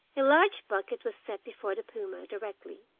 a large bucket was set before the puma directly.